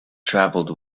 travelled